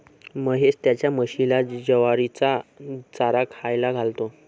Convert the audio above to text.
महेश त्याच्या म्हशीला ज्वारीचा चारा खायला घालतो